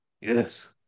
Yes